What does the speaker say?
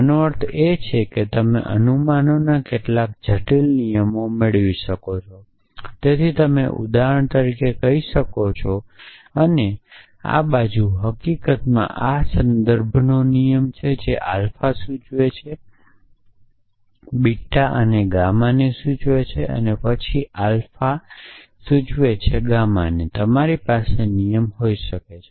આનો અર્થ એ છે કે તમે અનુમાનના કેટલાક જટિલ નિયમો મેળવી શકો છો તેથી તમે ઉદાહરણ તરીકે કહી શકો કે અને આ બાજુ હકીકતમાં આ સંદર્ભનો નિયમ છે જે આલ્ફા સૂચવે છે બીટા અને બીટા ગામાને સૂચવે છે પછી આલ્ફા સૂચવે છે ગામા તમારી પાસે નિયમ હોઈ શકે છે